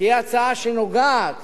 תהיה הצעה שנוגעת